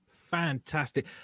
Fantastic